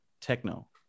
techno